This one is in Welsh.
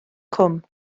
cwm